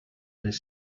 les